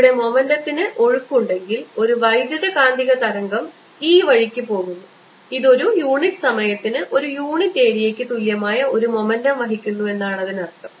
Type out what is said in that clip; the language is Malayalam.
ഇവിടെ മൊമെൻ്റത്തിൻറെ ഒഴുക്കുണ്ടെങ്കിൽ ഒരു വൈദ്യുതകാന്തിക തരംഗം ഈ വഴിക്ക് പോകുന്നു ഇത് ഒരു യൂണിറ്റ് സമയത്തിന് ഒരു u യൂണിറ്റ് ഏരിയയ്ക്ക് തുല്യമായ ഒരു മൊമെൻ്റം വഹിക്കുന്നു എന്നാണ് അതിനർത്ഥം